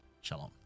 shalom